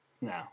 No